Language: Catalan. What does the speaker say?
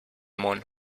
món